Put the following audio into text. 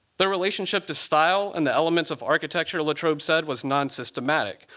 their relationship to style and the elements of architecture, latrobe said, was non-systematic.